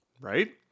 Right